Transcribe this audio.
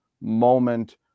moment